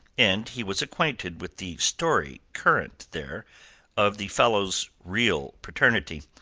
and he was acquainted with the story current there of the fellow's real paternity.